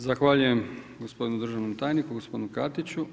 Zahvaljujem gospodinu državnom tajniku, gospodinu Katiću.